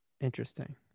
Interesting